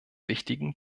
wichtigen